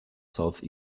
south